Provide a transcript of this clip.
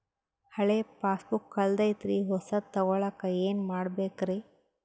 ಹಳೆ ಪಾಸ್ಬುಕ್ ಕಲ್ದೈತ್ರಿ ಹೊಸದ ತಗೊಳಕ್ ಏನ್ ಮಾಡ್ಬೇಕರಿ?